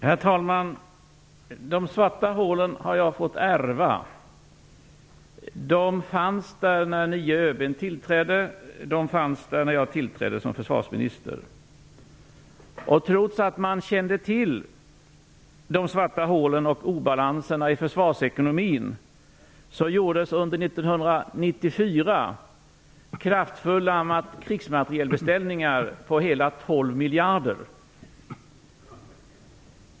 Herr talman! De svarta hålen har jag fått ärva. De fanns där när nye ÖB tillträdde, och de fanns där när jag tillträdde som försvarsminister. Trots att man kände till de svarta hålen och obalanserna i försvarsekonomin gjordes under 1994 kraftfulla krigsmaterielbeställningar på hela 12 miljarder.